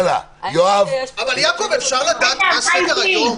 אפשר לדעת מה סדר-היום?